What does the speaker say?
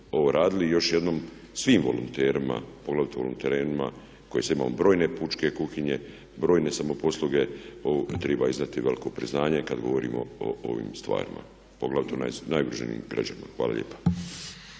radili? I još jednom svim volonterima poglavito na terenima, brojne pučke kuhinje, brojne samoposluge treba dati veliko priznanje kad govorimo o ovim stvarima. Poglavito najugroženijim građanima. Hvala lijepa.